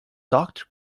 doctor